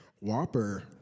Whopper